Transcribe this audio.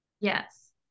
Yes